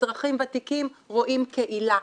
אזרחים ותיקים רואים קהילה.